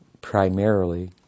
primarily